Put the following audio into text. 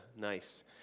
Nice